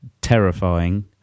terrifying